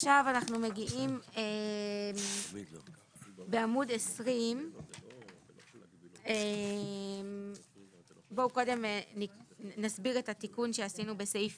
עכשיו אנחנו מגיעים לעמוד 20. קודם נסביר את התיקון שעשינו בסעיף